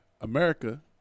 America